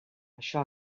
això